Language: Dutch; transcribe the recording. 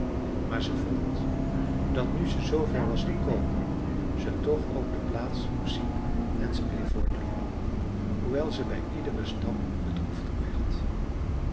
maar ze vond dat nu ze zoover was gekomen ze toch ook de plaats moest zien en ze bleef voortloopen hoewel ze bij iederen stap